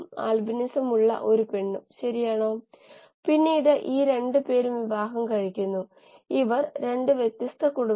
തുടർന്ന് അടുത്ത പ്രഭാഷണത്തിൽ നമ്മൾ പ്രശ്നം പരിഹരിക്കും പിന്നീട് മുന്നോട്ട് പോകും